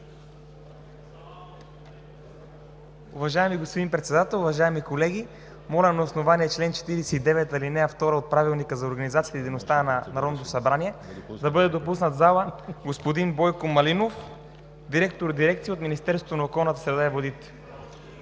Уважаеми господин Председател, уважаеми колеги! Моля на основание чл. 49, ал. 2 от Правилника за организацията и дейността на Народното събрание да бъде допуснат в залата господин Бойко Малинов – директор дирекция от Министерството на околната среда и водите.